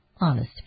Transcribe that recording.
honest